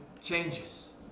changes